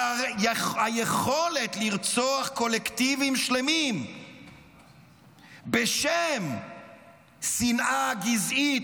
והיכולת לרצוח קולקטיבים שלמים בשם שנאה גזעית